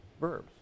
verbs